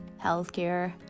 healthcare